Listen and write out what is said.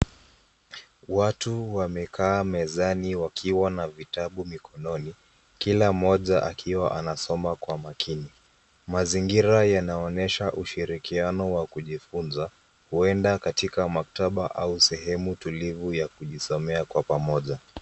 Watu wamekaa mezani wakiwa na vitabu mikononi. Kila mmoja akiwa anasoma kwa makini. Mazingira yanaonyesha ushirikiano wa kujifunza huenda katika maktaba au sehemu tulivu ya kujisomea kwa pamoja.